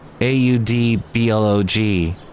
A-U-D-B-L-O-G